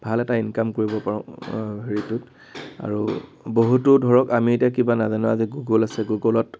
ভাল এটা ইনকাম কৰিব পাৰোঁ হেৰিটোত আৰু বহুতো ধৰক আমি এতিয়া কিবা নাজানো আজি গুগল আছে গুগলত